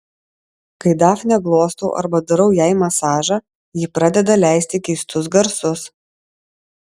kai dafnę glostau arba darau jai masažą ji pradeda leisti keistus garsus